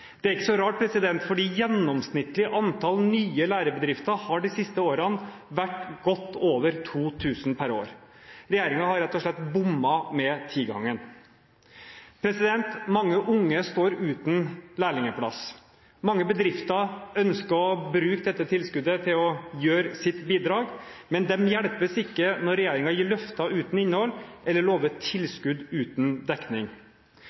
Det er ikke så rart, for gjennomsnittlig antall nye lærebedrifter har de siste årene vært godt over 2 000 per år. Regjeringen har rett og slett bommet med tigangeren. Mange unge står uten lærlingplass. Mange bedrifter ønsker å bruke dette tilskuddet til å gi sitt bidrag, men de hjelpes ikke når regjeringen gir løfter uten innhold eller lover tilskudd uten dekning.